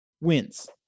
wins